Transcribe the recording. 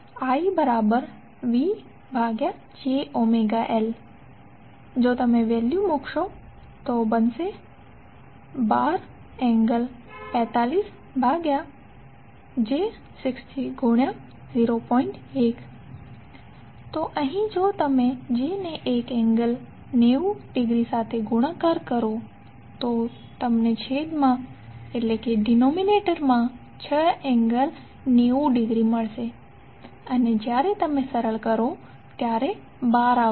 112∠456∠902∠ 45A તો અહીં જો તમે j ને એક એન્ગલ 90 ડિગ્રી સાથે ગુણાકાર કરો તો તમને છેદ માં 6 એન્ગલ 90 ડિગ્રી મળશે અને જ્યારે તમે સરળ કરો ત્યારે 12 આવશે